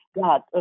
God